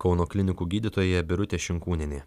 kauno klinikų gydytoja birutė šinkūnienė